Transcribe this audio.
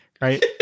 Right